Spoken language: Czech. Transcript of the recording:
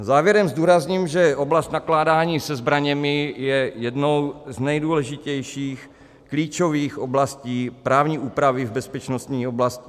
Závěrem zdůrazním, že oblast nakládání se zbraněmi je jednou z nejdůležitějších, klíčových oblastí právní úpravy v bezpečnostní oblasti.